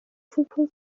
futbol